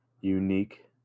unique